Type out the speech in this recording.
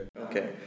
Okay